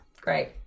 great